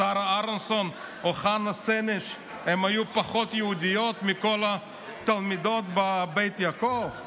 שרה אהרונסון או חנה סנש היו פחות יהודיות מכל התלמידות בבית יעקב?